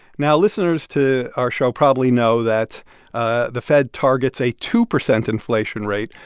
now, listeners to our show probably know that ah the fed targets a two percent inflation rate.